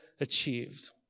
achieved